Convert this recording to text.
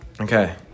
Okay